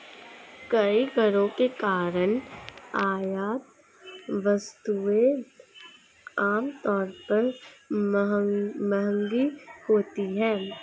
कई करों के कारण आयात वस्तुएं आमतौर पर महंगी होती हैं